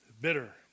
bitter